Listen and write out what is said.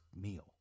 meal